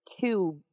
two